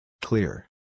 clear